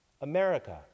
America